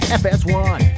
fs1